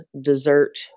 dessert